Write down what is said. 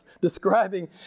describing